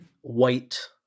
white